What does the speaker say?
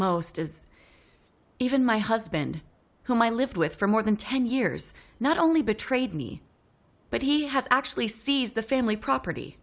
most is even my husband whom i lived with for more than ten years not only betrayed me but he has actually sees the family property